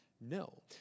No